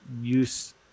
use